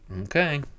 okay